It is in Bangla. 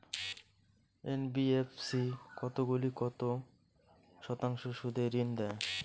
এন.বি.এফ.সি কতগুলি কত শতাংশ সুদে ঋন দেয়?